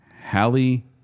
Halle